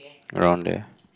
around there